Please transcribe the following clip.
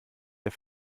der